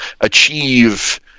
achieve